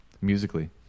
musically